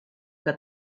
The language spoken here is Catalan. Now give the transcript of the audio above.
que